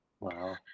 Wow